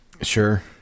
Sure